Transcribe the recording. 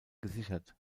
gesichert